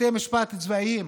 בתי משפט צבאיים.